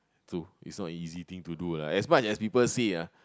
true it's not easy thing to do lah as much as people say ah